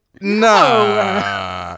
No